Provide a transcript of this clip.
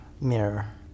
mirror